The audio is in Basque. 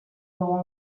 dugun